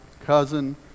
cousin